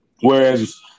whereas